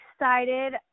excited